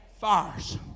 fires